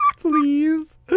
Please